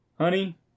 Honey